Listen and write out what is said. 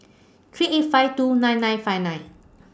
three eight five two nine nine five nine